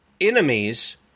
enemies